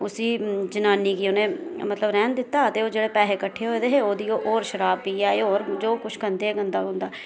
उसी जनानी गी उनें मतलब रैहन दित्ता ते ओह् जेहडे़ पैसे किट्ठे होऐ दे हे ओहदी ओह् होर शराब पी आए और जो किश खंदे हे गंदां मंदा